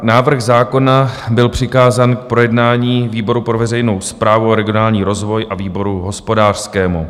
Návrh zákona byl přikázán k projednání výboru pro veřejnou správu a regionální rozvoj a výboru hospodářskému.